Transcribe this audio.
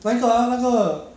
then ah 那个